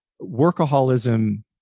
workaholism